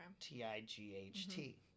T-I-G-H-T